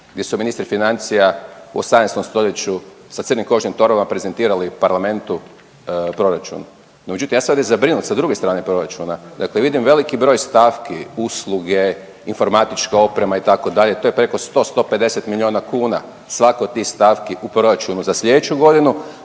gdje su ministri financija u 18. st. sa crnim kožnim torbama prezentirali parlamentu proračun. Međutim, ja sam sad zabrinut sa druge strane proračuna. Dakle vidim veliki broj stavki, usluge, informatička oprema, itd., to je preko 100, 150 milijuna kuna. Svako od tih stavki u proračunu za sljedeću godinu